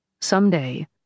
Someday